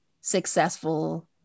successful